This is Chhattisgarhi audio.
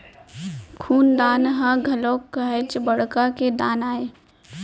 खून दान ह घलोक काहेच बड़का के दान आय